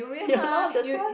ya loh that's why